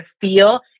feel